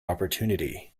opportunity